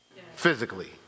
Physically